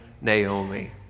Naomi